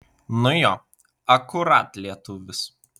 nu jo akurat lietuvis